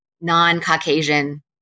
non-Caucasian